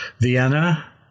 Vienna